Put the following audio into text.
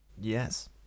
Yes